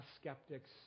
skeptic's